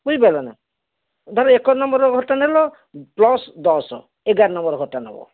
ବୁଝିପାରିଲ ନା ଧର ଏକ ନମ୍ବର୍ ଘର ଟା ନେଲ ପ୍ଲସ୍ ଦଶ ଏଗାର ନମ୍ବର୍ ଘରଟା ନେବ